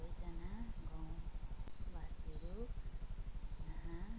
सबैजना गाउँवासीहरू यहाँ